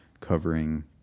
covering